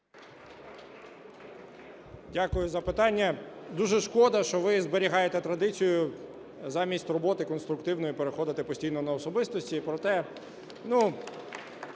Дякую за питання. Дуже шкода, що ви зберігаєте традицію замість роботи конструктивної переходити постійно на особистості.